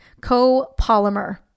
copolymer